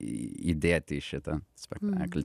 įdėti į šitą spektaklį